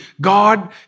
God